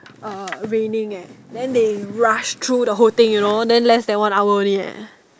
uh raining eh then they rush through the whole thing you know then less than one hour only eh